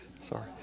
Sorry